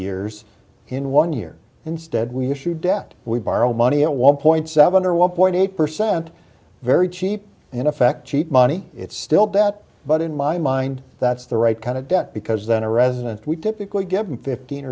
years in one year instead we issued debt we borrow money at one point seven or one point eight percent very cheap in effect cheap money it's still debt but in my mind that's the right kind of debt because then a resident we typically get in fifteen